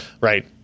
Right